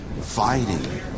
fighting